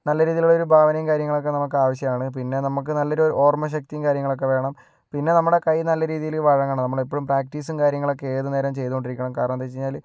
നല്ല രീതിയിലുള്ളൊരു ഭാവനയും കാര്യങ്ങളൊക്കെ നമുക്ക് ആവശ്യമാണ് പിന്നെ നമ്മൾക്ക് നല്ലൊരു ഓർമ്മശക്തിയും കാര്യങ്ങളൊക്കെ വേണം പിന്നെ നമ്മുടെ കൈ നല്ല രീതിയിൽ വഴങ്ങണം നമ്മൾ എപ്പോഴും പ്രാക്ടീസും കാര്യങ്ങളൊക്കെ ഏതുനേരം ചെയ്തുകൊണ്ടിരിക്കണം കാരണം എന്താണെന്ന് വച്ചു കഴിഞ്ഞാൽ